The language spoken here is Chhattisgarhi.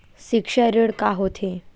सिक्छा ऋण का होथे?